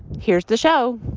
here's the show